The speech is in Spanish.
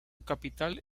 capital